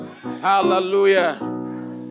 Hallelujah